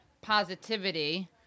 positivity